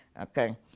Okay